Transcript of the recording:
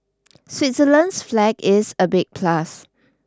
Switzerland's flag is a big plus